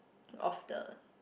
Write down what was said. of the